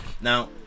now